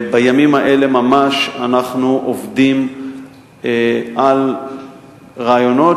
בימים האלה ממש אנחנו עובדים על רעיונות